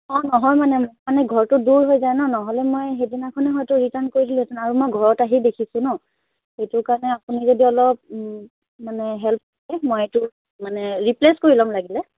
অঁ নহয় মানে মোৰ মানে ঘৰটো দূৰ হৈ যায় ন নহ'লে মই সেইদিনাখনেই হয়তো ৰিটাৰ্ণ কৰি দিলোহেঁতেন আৰু মই ঘৰত আহি দেখিছোঁ ন সেইটো কাৰণে আপুনি যদি অলপ মানে হেল্প কৰে মই এইটো মানে ৰিপ্লেচ কৰি ল'ম লাগিলে